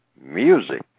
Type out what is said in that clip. music